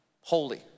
holy